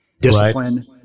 discipline